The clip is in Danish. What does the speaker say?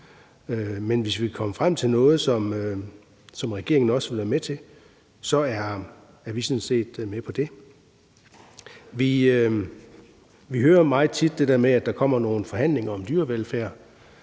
Men hvis vi kan komme frem til noget, som regeringen også vil være med til, er vi sådan set med på det. Vi hører jo meget tit det der med, at der kommer nogle forhandlinger om dyrevelfærd,